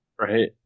Right